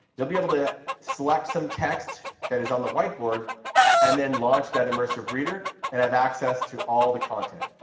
you'll be able to select some text that is on the whiteboard and then launch that immersive reader and have access to all of the content,